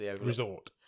resort